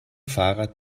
fahrrad